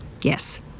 Yes